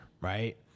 right